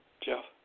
Jeff